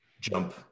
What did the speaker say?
jump